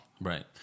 Right